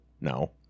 No